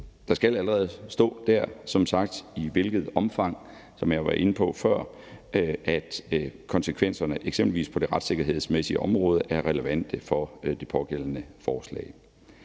på før, allerede stå, i hvilket omfang konsekvenserne eksempelvis på det retssikkerhedsmæssige område er relevante for det pågældende forslag.